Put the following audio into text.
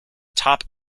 top